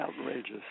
Outrageous